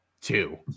two